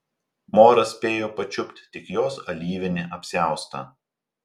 moras spėjo pačiupt tik jos alyvinį apsiaustą